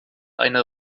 eine